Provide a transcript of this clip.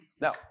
Now